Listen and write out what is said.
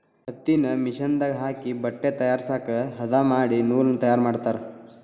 ಹತ್ತಿನ ಮಿಷನ್ ದಾಗ ಹಾಕಿ ಬಟ್ಟೆ ತಯಾರಸಾಕ ಹದಾ ಮಾಡಿ ನೂಲ ತಯಾರ ಮಾಡ್ತಾರ